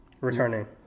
Returning